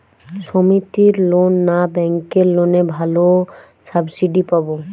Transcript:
সমিতির লোন না ব্যাঙ্কের লোনে ভালো সাবসিডি পাব?